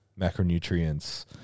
macronutrients